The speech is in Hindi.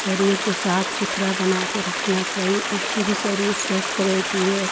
शरीर को साफ सुथरा बना कर रखना चाहिए उससे भी शरीर स्वस्थ रहती है